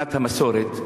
מבחינת המסורת,